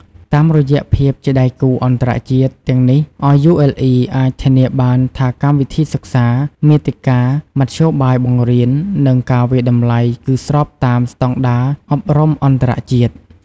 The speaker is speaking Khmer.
តាមរយៈភាពជាដៃគូអន្តរជាតិទាំងនេះ RULE អាចធានាបានថាកម្មវិធីសិក្សា មាតិកា មធ្យោបាយបង្រៀន និងការវាយតម្លៃគឺស្របតាមស្តង់ដារអប់រំអន្តរជាតិ។